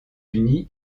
unis